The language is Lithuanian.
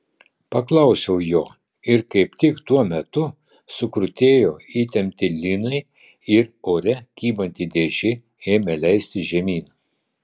paklausiau jo ir kaip tik tuo metu sukrutėjo įtempti lynai ir ore kybanti dėžė ėmė leistis žemyn